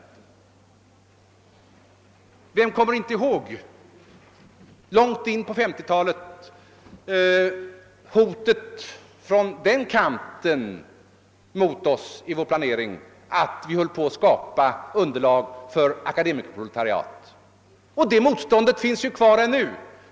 Vem kommer inte ihåg det hot från den kanten som långt in på 1950-talet restes mot vår planering och som gick ut på att vi höll på att skapa underlag för ett akademikerproletariat? Det motståndet finns kvar ännu.